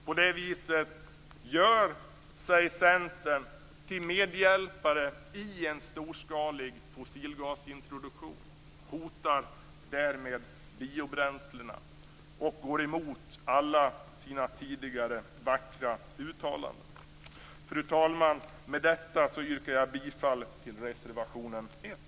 På det viset gör sig Centern till medhjälpare i en storskalig fossilgasintroduktion, hotar därmed biobränslena och går emot alla sina tidigare vackra uttalanden. Fru talman! Med detta yrkar jag bifall till reservationen 1.